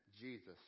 Jesus